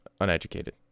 uneducated